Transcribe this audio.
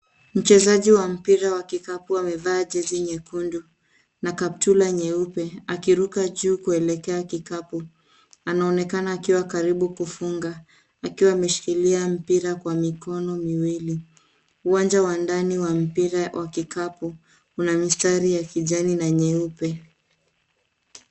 Mchezaji wa mpira wa kikapu amevaa jezi nyekundu na kaptula nyeupe, akiruka juu kuelekea kikapu. Anaonekana akiwa karibu kufunga, akiwa ameshikilia mpira kwa mikono miwili. Uwanja wa ndani wa mpira wa kikapu una mistari ya kijani na nyeupe.